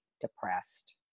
depressed